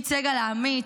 עמית סגל האמיץ,